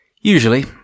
Usually